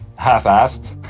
half-assed,